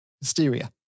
hysteria